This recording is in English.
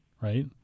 right